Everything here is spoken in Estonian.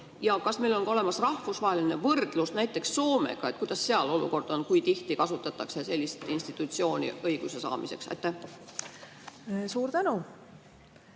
Ja kas meil on olemas ka rahvusvaheline võrdlus näiteks Soomega, et kuidas seal olukord on ja kui tihti kasutatakse sellist institutsiooni õiguse saamiseks? Suur tänu!